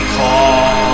call